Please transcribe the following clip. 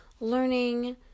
learning